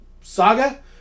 saga